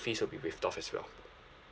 fees will be waived off as well